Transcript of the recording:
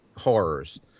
horrors